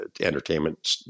entertainment